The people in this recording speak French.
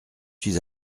suis